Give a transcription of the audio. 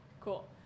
cool